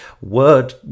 word